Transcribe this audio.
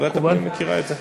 ועדת הפנים מכירה את זה.